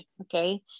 Okay